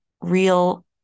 real